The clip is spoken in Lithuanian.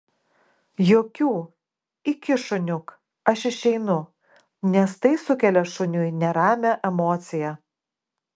jokių iki šuniuk aš išeinu nes tai sukelia šuniui neramią emociją